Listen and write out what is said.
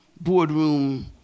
boardroom